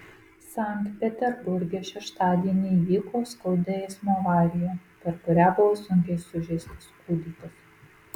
sankt peterburge šeštadienį įvyko skaudi eismo avarija per kurią buvo sunkiai sužeistas kūdikis